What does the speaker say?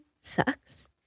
sucks